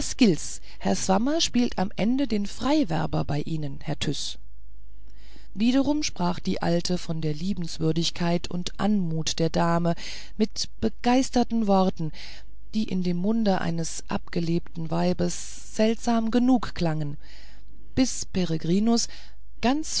herr swammer spielt am ende den freiwerber bei ihnen herr tyß wiederum sprach die alte von der liebenswürdigkeit und anmut der dame mit begeisterten worten die in dem munde eines abgelebten weibes seltsam genug klangen bis peregrinus ganz